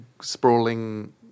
sprawling